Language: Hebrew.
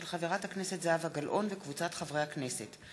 של חברת הכנסת זהבה גלאון וקבוצת חברי הכנסת,